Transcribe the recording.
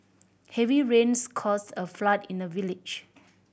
heavy rains caused a flood in the village